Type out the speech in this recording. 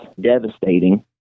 devastating